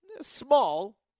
small